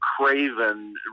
craven